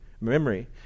memory